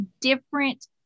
different